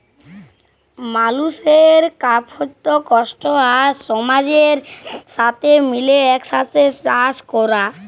মালুসের কার্যত, কষ্ট আর সমাজের সাথে মিলে একসাথে চাস ক্যরা